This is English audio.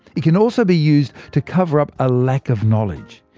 it can also be used to cover up a lack of knowledge.